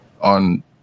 on